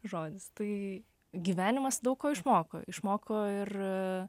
žodis tai gyvenimas daug ko išmoko išmoko ir